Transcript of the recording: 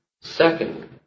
Second